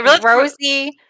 Rosie